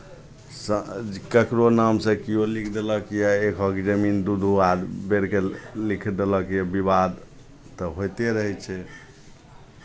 स् ककरो नामसँ किओ लिखि देलक या एकहक जमीन दू दू आद बेरके लिख देलक यए विवाद तऽ होइते रहै छै